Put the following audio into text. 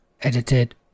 edited